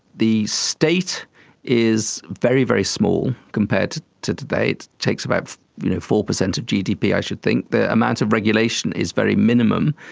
the state is very, very small compared to to today, it takes about you know four percent of gdp i should think. the amount of regulation is very minimum.